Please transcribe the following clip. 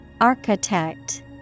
Architect